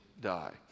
die